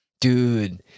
Dude